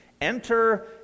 enter